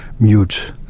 mute,